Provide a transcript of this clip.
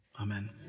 amen